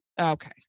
okay